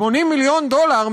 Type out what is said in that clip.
80 מיליון דולר,